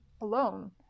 alone